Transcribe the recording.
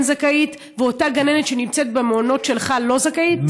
זכאית ואותה גננת שנמצאת במעונות שלך לא זכאית?